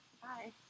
Hi